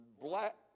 black